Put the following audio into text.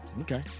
Okay